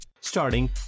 Starting